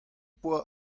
poa